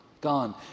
gone